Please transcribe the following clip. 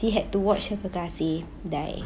she had to watch her kekasih die